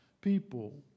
people